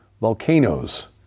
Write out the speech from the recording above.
volcanoes